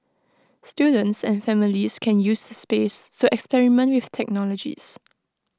students and families can use the space to experiment with technologies